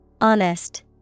Honest